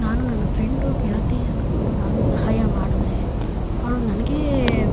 ನಾನು ನನ್ನ ಫ್ರೆಂಡು ಗೆಳತಿ ಅನ್ಕೊಂಡು ನಾನು ಸಹಾಯ ಮಾಡಿದ್ರೆ ಅವಳು ನನಗೇ